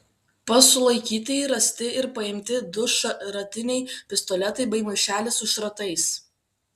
pas sulaikytąjį rasti ir paimti du šratiniai pistoletai bei maišelis su šratais